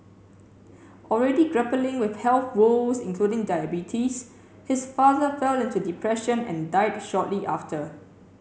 already grappling with health woes including diabetes his father fell into depression and died shortly after